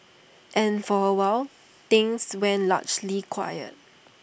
and for awhile things went largely quiet